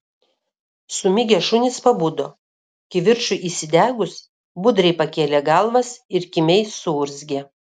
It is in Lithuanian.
sumigę šunys pabudo kivirčui įsidegus budriai pakėlė galvas ir kimiai suurzgė